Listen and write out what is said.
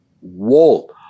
wall